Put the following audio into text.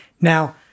Now